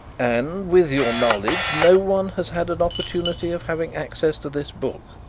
and, with your knowledge, no one has had an opportunity of having access to this book?